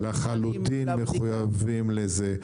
אנחנו לחלוטין מחויבים לזה.